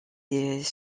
des